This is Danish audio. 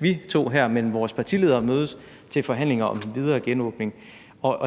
videre, når vores partiledere mødes til forhandlinger om den videre genåbning.